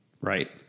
Right